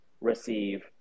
receive